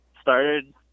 Started